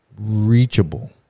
reachable